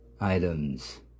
items